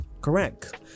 correct